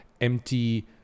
empty